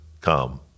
come